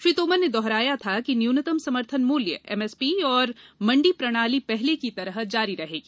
श्री तोमर ने दोहराया था कि न्यूनत समर्थन मूल्य एमएसपी और मंडी प्रणाली पहले की तरह जारी रहेगी